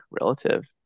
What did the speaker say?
relative